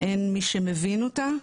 אין מי שמבין אותה,